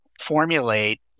formulate